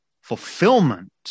fulfillment